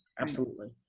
absolutely.